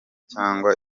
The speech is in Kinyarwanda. cyangwa